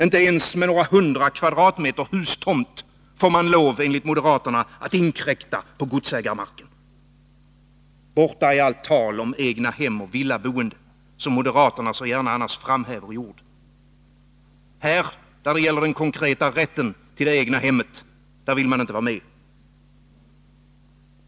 Inte ens med några hundra kvadratmeter hustomt får man enligt moderaterna lov att inkräkta på godsägarmarken. Borta är allt tal om egna hem och villaboende, vilket moderaterna så gärna annars framhäver i ord. Här, där det gäller den konkreta rätten till det egna hemmet, vill man inte vara med.